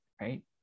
right